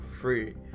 free